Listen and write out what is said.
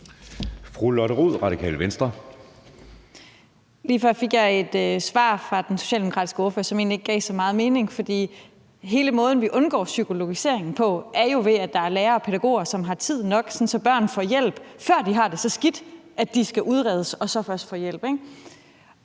Lotte Rod (RV): Lige før fik jeg et svar fra den socialdemokratiske ordfører, som egentlig ikke gav så meget mening, for hele måden, vi undgår psykologiseringen på, er jo, at der er lærere og pædagoger, som har tid nok, så børnene får hjælp, før de har det så skidt, at de skal udredes og så først får hjælp,